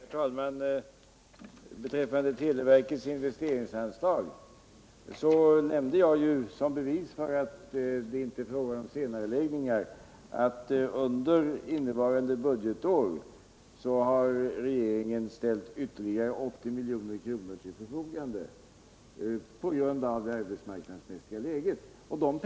Herr talman! Beträffande televerkets investeringsanslag nämnde jag ju som bevis för att det inte är fråga om senareläggningar att regeringen under innevarande budgetår har ställt ytterligare 80 milj.kr. till förfogande på grund av det arbetsmarknadsmässiga läget.